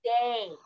day